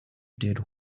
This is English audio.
dead